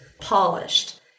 polished